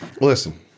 Listen